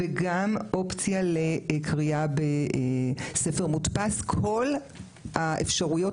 וגם אופציה לקריאה בספר מודפס - כל האפשרויות